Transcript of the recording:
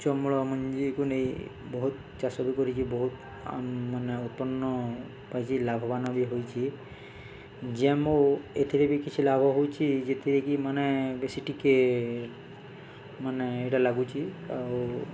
ଉଚ୍ଚ ଅମଳ ମଞ୍ଜିକୁ ନେଇ ବହୁତ ଚାଷ ବି କରିଛି ବହୁତ ମାନେ ଉତ୍ପନ୍ନ ପାଇଛି ଲାଭବାନ ବି ହୋଇଛି ଓ ଏଥିରେ ବି କିଛି ଲାଭ ହେଉଛି ଯେଥିରେ କିି ମାନେ ବେଶୀ ଟିକେ ମାନେ ଏଇଟା ଲାଗୁଛି ଆଉ